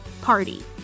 party